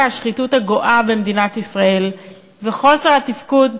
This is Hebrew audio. השחיתות הגואה במדינת ישראל וחוסר התפקוד,